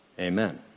Amen